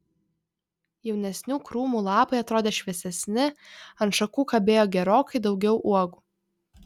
jaunesnių krūmų lapai atrodė šviesesni ant šakų kabėjo gerokai daugiau uogų